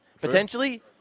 Potentially